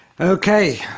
okay